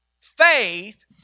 faith